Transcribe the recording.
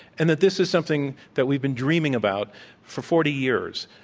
and that this is something that we've been dreaming about for forty years,